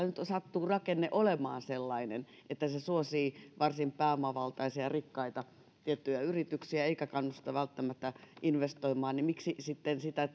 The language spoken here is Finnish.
nyt sattuu rakenne olemaan sellainen että se suosii tiettyjä varsin pääomavaltaisia ja rikkaita yrityksiä eikä kannusta välttämättä investoimaan niin miksei sitten sitä